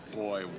boy